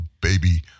baby